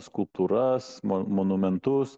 skulptūras monumentus